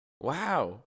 Wow